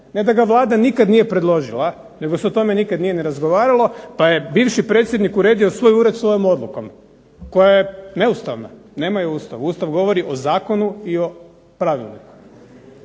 ne da ga Vlada nije nikada predložila, nego se o tome nije nikada ni razgovaralo, pa je bivši predsjednik uredio svoj ured svojom odlukom koja je neustavna, nema je u Ustavu. Ustav govori o zakonu i o pravilniku.